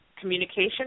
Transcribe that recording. communication